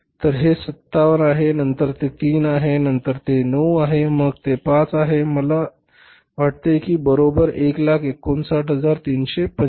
तर हे 57 आहे नंतर ते 3 आहे नंतर ते 9 आहे मग ते 5 आहे मला वाटते की हे बरोबर आहे 159375